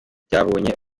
byabonye